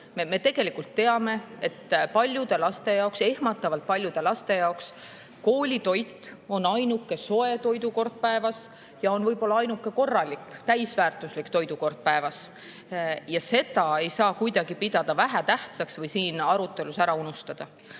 Me tegelikult teame, et paljude laste jaoks, ehmatavalt paljude laste jaoks koolitoit on ainuke soe toidukord päevas ja on võib-olla ainuke korralik täisväärtuslik toidukord päevas. Ja seda ei saa kuidagi pidada vähetähtsaks või siin arutelus ära unustada.